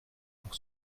pour